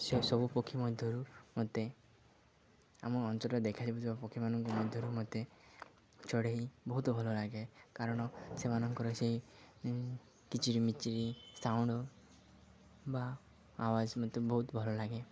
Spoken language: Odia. ସେ ସବୁ ପକ୍ଷୀ ମଧ୍ୟରୁ ମତେ ଆମ ଅଞ୍ଚଳରେ ଦେଖାଯାଉଥିବା ପକ୍ଷୀମାନଙ୍କ ମଧ୍ୟରୁ ମତେ ଚଢ଼େଇ ବହୁତ ଭଲ ଲାଗେ କାରଣ ସେମାନଙ୍କର ସେଇ କିଚରି ମିିଚରି ସାଉଣ୍ଡ୍ ବା ଆବାଜ ମତେ ବହୁତ ଭଲ ଲାଗେ